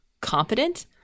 competent